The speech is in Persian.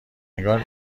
انگار